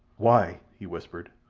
why, he whispered,